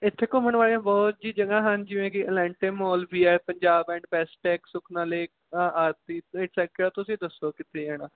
ਇੱਥੇ ਘੁੰਮਣ ਵਾਲੀਆਂ ਬਹੁਤ ਹੀ ਜਗ੍ਹਾ ਹਨ ਜਿਵੇਂ ਕਿ ਇਲਾਂਟੇ ਮੋਲ ਵੀ ਹੈ Punjab and Bestech Sukhna lake ਆਦਿ ਐਕਸੈਕਰਾ ਤੁਸੀਂ ਦੱਸੋ ਕਿੱਥੇ ਜਾਣਾ